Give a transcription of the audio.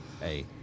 Hey